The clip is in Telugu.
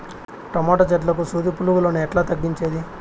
టమోటా చెట్లకు సూది పులుగులను ఎట్లా తగ్గించేది?